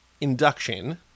induction